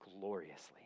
gloriously